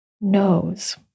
knows